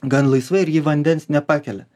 gan laisvai ir ji vandens nepakelia